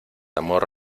amor